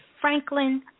Franklin